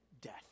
death